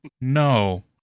No